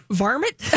varmint